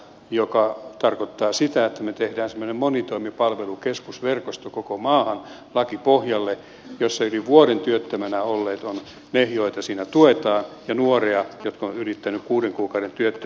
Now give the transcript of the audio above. se tarkoittaa sitä että me teemme semmoisen monitoimipalvelukeskusverkoston koko maahan lakipohjalle jossa yli vuoden työttömänä olleet ovat ne joita siinä tuetaan samoin nuoret jotka ovat ylittäneet kuuden kuukauden työttömyyden